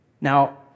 Now